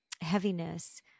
heaviness